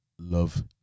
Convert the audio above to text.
love